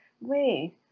wait